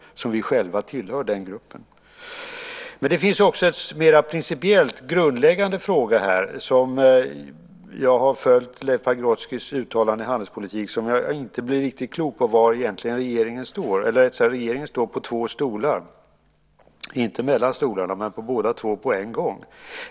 Den gruppen tillhör vi ju själva. Det finns också en mer principiell, grundläggande fråga. Jag har följt Leif Pagrotskys uttalanden i handelspolitik, och jag blir inte riktigt klok på var regeringen egentligen står i den frågan. Rättare sagt står regeringen på två stolar - inte mellan stolarna men på båda två på en gång.